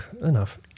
enough